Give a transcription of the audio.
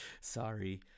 Sorry